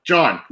John